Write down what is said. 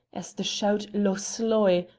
as the shout loch sloy!